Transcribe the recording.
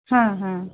ಹಾಂ ಹಾಂ